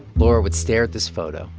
laura would stare at this photo,